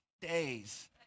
days